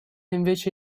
invece